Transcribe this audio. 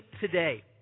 today